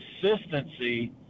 consistency